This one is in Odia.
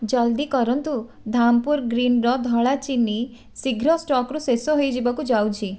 ଜଲ୍ଦି କରନ୍ତୁ ଧାମପୁର ଗ୍ରୀନ୍ର ଧଳା ଚିନି ଶୀଘ୍ର ଷ୍ଟକ୍ରୁ ଶେଷ ହୋଇଯିବାକୁ ଯାଉଛି